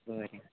बरें